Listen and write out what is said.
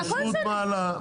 הכשרות מעלה,